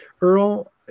Earl